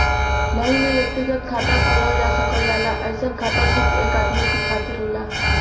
bank में व्यक्तिगत खाता खोलल जा सकल जाला अइसन खाता सिर्फ एक आदमी के खातिर होला